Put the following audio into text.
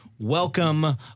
Welcome